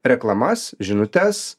reklamas žinutes